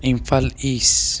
Imphal ꯏꯁ